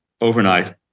overnight